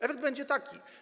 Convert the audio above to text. Efekt będzie taki.